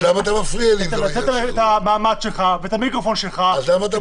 שאלתי אותו במהלך הדיון, לאן כל זה הולך.